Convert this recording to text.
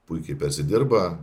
puikiai persidirba